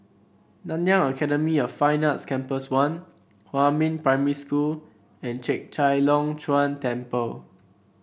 Nanyang Academy of Fine Arts Campus One Huamin Primary School and Chek Chai Long Chuen Temple